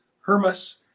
Hermas